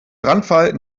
brandfall